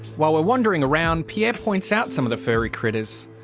while we're wandering around, pierre points out some of the furry critters.